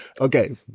Okay